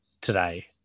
today